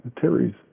Terry's